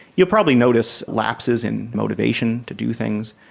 you'll probably notice lapses in motivation to do things,